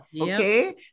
okay